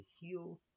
heal